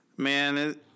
Man